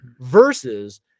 versus